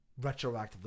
retroactively